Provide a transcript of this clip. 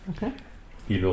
Okay